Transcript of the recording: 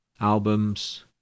albums